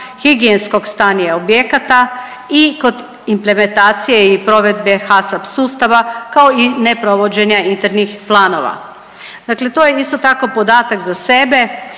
higijensko stanje objekata i kod implementacije i provedbe HACCP sustava kao i neprovođenja internih planova. Dakle, to je isto tako podatak za sebe.